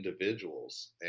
individuals